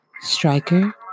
Striker